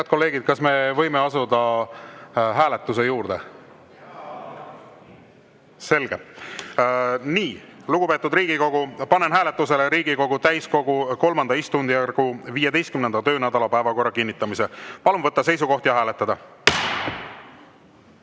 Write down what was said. Head kolleegid, kas me võime asuda hääletuse juurde? (Hääl saalist.) Selge. Nii, lugupeetud Riigikogu, panen hääletusele Riigikogu täiskogu III istungjärgu 15. töönädala päevakorra kinnitamise. Palun võtta seisukoht ja hääletada!